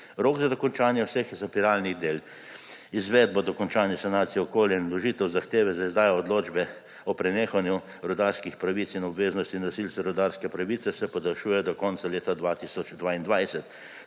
Rok za dokončanje vseh zapiralnih del, izvedbo dokončanja sanacije okolja in vložitev zahteve za izdajo odločbe o prenehanju rudarskih pravic in obveznosti nosilca rudarske pravice se podaljšuje do konca leta 2022.